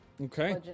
Okay